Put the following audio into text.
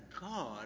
God